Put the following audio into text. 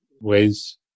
ways